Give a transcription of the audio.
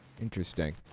Interesting